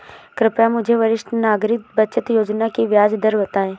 कृपया मुझे वरिष्ठ नागरिक बचत योजना की ब्याज दर बताएं?